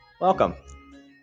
Welcome